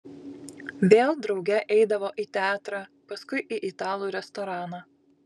vėl drauge eidavo į teatrą paskui į italų restoraną